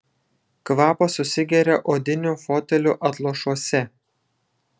kvapas susigeria odinių fotelių atlošuose